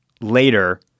later